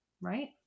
right